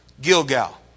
Gilgal